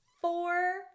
four